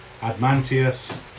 Admantius